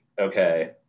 okay